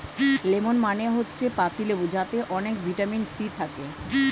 lemon মানে হচ্ছে পাতিলেবু যাতে অনেক ভিটামিন সি থাকে